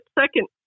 second